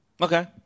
Okay